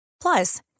Plus